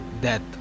death